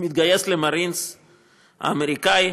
הוא מתגייס למארינס האמריקני,